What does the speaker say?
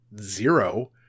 zero